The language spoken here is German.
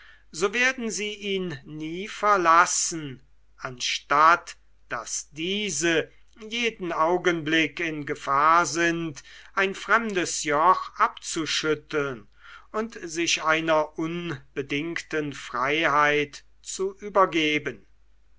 so werden sie ihn nie verlassen anstatt daß diese jeden augenblick in gefahr sind ein fremdes joch abzuschütteln und sich einer unbedingten freiheit zu übergeben